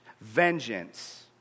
Vengeance